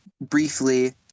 briefly